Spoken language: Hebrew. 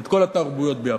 את כל התרבויות ביחד.